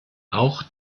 auch